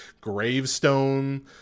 gravestone